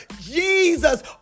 Jesus